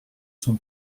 son